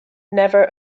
never